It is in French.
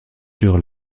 sur